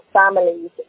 families